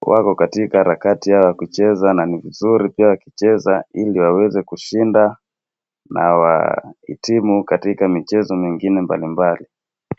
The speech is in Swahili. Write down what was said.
wako katika harakati ya kucheza na ni vizuri pia wakicheza ili waweze kushinda na wahitimu katika michezo mbalimbali.